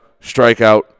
strikeout